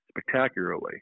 spectacularly